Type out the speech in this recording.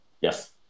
Yes